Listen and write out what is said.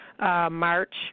March